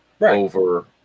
Over